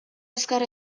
azkar